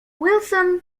wilson